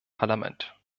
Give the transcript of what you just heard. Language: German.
parlament